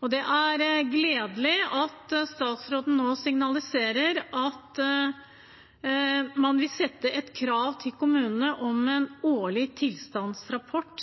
Det er gledelig at statsråden nå signaliserer at man vil sette et krav til kommunene om en årlig tilstandsrapport